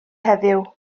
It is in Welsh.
heddiw